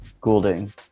goulding